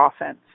offense